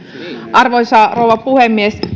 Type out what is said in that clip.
arvoisa rouva puhemies